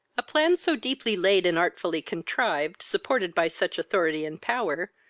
a plan so deeply laid and artfully contrived, supported by such authority and power,